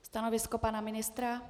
Stanovisko pana ministra?